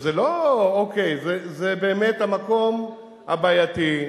שזה באמת הזמן הבעייתי,